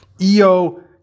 EO